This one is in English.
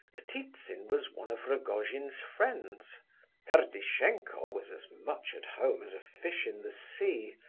but ptitsin was one of rogojin's friends ferdishenko was as much at home as a fish in the sea,